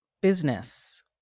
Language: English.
Business